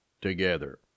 together